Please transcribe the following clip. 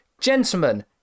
Gentlemen